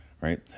Right